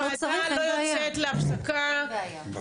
לא צריך, אין בעיה.